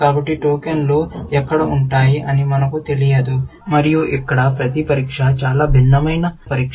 కాబట్టి టోకెన్లు ఎక్కడ ఉంటాయి అని మనకు తెలియదు మరియు ఇక్కడ ప్రతి పరీక్ష చాలా భిన్నమైన రకమైన పరీక్ష